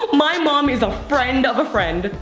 my mom is a friend of a friend.